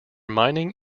mining